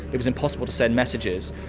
it was impossible to send messages.